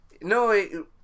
No